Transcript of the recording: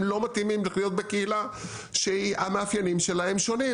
לא מתאימים לחיות בקהילה שהמאפיינים שלה הם שונים,